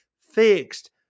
fixed